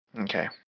Okay